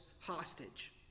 hostage